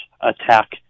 attack